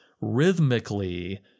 rhythmically